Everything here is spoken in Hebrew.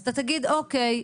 אתה תגיד: אוקיי,